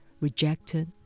rejected